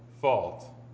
fault